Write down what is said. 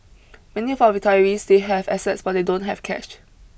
many of our retirees they have assets but they don't have cash